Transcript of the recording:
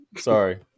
Sorry